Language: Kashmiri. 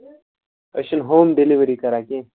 أسۍ چھِنہٕ ہوم ڈِلِؤری کران کیٚنٛہہ